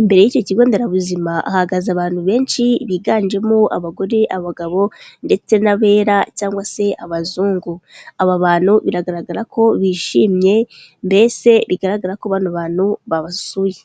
imbere y'iki kigo nderabuzima hahagaze abantu benshi biganjemo abagore, abagabo ndetse n'abera cyangwa se abazungu. Aba bantu biragaragara ko bishimye mbese bigaragara ko bano bantu babasuye.